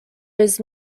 his